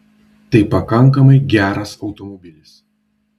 tai pakankamai geras automobilis